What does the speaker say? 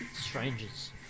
strangers